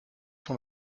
son